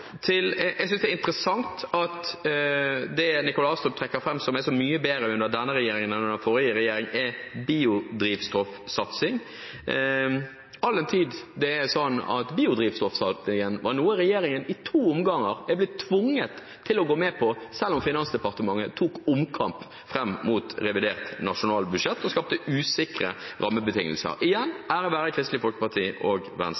Jeg synes det er interessant at det som representanten Nikolai Astrup trekker fram som er så mye bedre under denne regjeringen enn under den forrige regjeringen, er biodrivstoffsatsing, all den tid det er sånn at biodrivstoffsatsingen er noe som regjeringen i to omganger er blitt tvunget til å gå med på, selv om Finansdepartementet tok omkamp fram mot revidert nasjonalbudsjett og skapte usikre rammebetingelser – igjen, ære være Kristelig Folkeparti og Venstre.